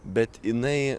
bet jinai